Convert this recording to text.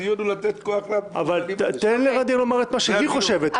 הדיון הוא לתת כוח --- אבל תן לע'דיר לומר את מה שהיא חושבת.